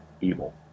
evil